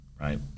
right